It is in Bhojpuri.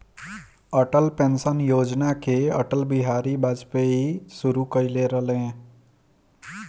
अटल पेंशन योजना के अटल बिहारी वाजपयी शुरू कईले रलें